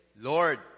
Lord